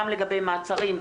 גם לגבי מעצרים,